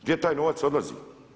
Gdje taj novac odlazi?